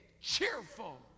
cheerful